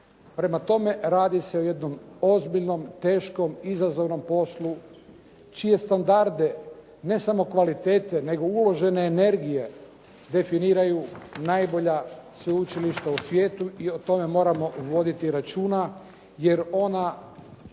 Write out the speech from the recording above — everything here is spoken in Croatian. Prema tome, radi se o jednom ozbiljnom, teškom, izazovnom poslu čije standarde ne samo kvalitete nego uložene energije definiraju najbolja sveučilišta u svijetu i o tome moramo voditi računa jer ona